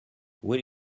will